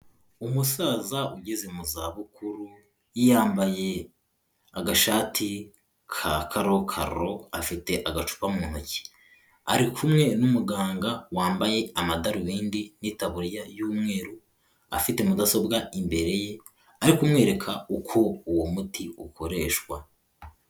Umusaza ugeze mu zabukuru yambaye agashati ka karokaro afite agacupa mu ntoki. Ari kumwe n'umuganga wambaye amadarubindi n'itabuririya y'umweru afite mudasobwa imbere ye arikumwereka uko uwo muti ukoreshwa.